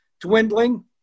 dwindling